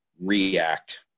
react